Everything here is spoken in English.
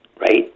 right